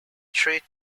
trait